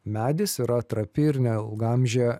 medis yra trapi ir neilgaamžė